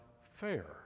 fair